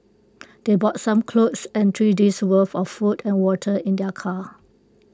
they brought some clothes and three days' worth of food and water in their car